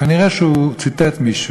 כנראה שהוא ציטט מישהו.